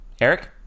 Eric